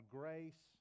grace